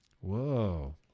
Whoa